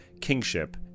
kingship